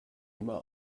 immer